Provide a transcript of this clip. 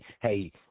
Hey